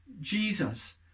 Jesus